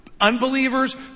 Unbelievers